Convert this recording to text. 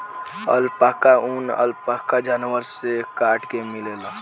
alpaca ऊन, alpaca जानवर से काट के मिलेला